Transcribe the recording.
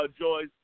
Joyce